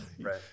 Right